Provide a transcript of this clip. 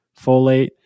folate